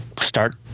start